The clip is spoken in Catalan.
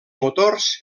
motors